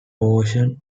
portion